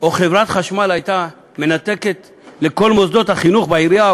או חברת חשמל הייתה מנתקת לכל מוסדות החינוך בעירייה,